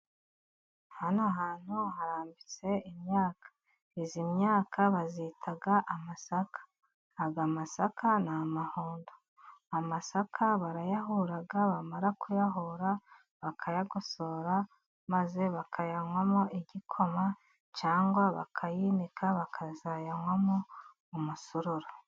Ahahantu harambitse imyaka. Iyi myaka bayita amasaka. Amasaka ni amahundo barayahura bamara kuyahura bakayagosora maze bakayanywamo igikoma cyangwa bakayinika bakazayanywamo umusururu.